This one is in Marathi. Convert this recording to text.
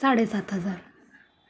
साडेसात हजार